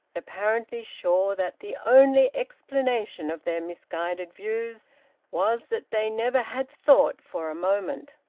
apparently sure that the only explanation of their misguided views was that they never had thought for a moment.